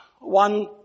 one